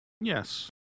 Yes